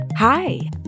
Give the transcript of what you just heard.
Hi